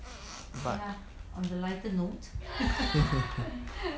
but